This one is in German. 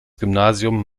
gymnasium